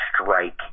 strike